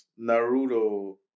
Naruto